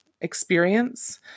experience